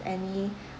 any